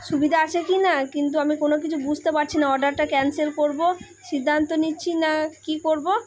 সুবিধা আছে কি না কিন্তু আমি কোনোকিছু বুঝতে পারছি না অর্ডারটা ক্যানসেল করব সিদ্ধান্ত নিচ্ছি না কী করব